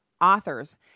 authors